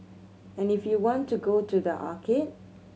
and if you want to go to the arcade